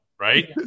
Right